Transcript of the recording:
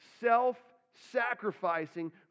self-sacrificing